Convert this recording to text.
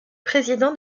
président